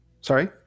Sorry